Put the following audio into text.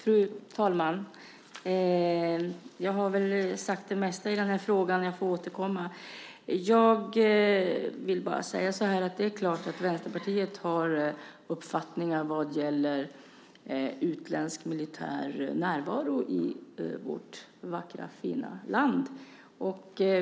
Fru talman! Jag har väl sagt det mesta i den här frågan. Jag får återkomma. Jag vill bara säga att det är klart att Vänsterpartiet har uppfattningar vad gäller utländsk militär närvaro i vårt vackra, fina land.